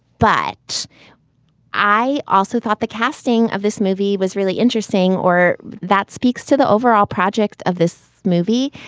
but i also thought the casting of this movie was really interesting or that speaks to the overall project of this movie.